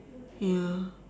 ya